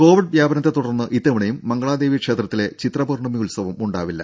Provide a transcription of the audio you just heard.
Covid വ്യാപനത്തെ തുടർന്ന് ഇത്തവണയും മംഗളാ ദേവി ക്ഷേത്രത്തിലെ ചിത്ര പൌർണ്ണമി ഉത്സവം ഉണ്ടാവില്ല